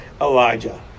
Elijah